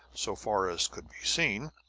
so far as could be seen,